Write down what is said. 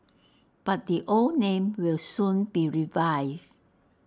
but the old name will soon be revived